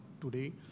today